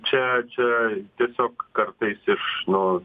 čia čia tiesiog kartais iš nu